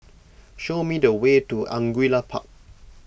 show me the way to Angullia Park